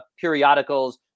periodicals